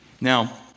now